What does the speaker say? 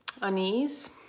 unease